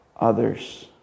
others